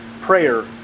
prayer